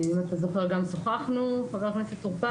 אם אתה זוכר, גם שוחחנו, חבר הכנת טור פז.